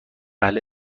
اهل